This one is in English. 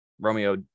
Romeo